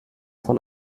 von